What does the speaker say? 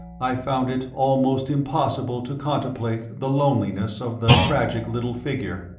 i found it almost impossible to contemplate the loneliness of the tragic little figure.